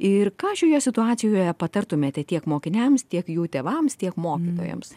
ir ką šioje situacijoje patartumėte tiek mokiniams tiek jų tėvams tiek mokytojams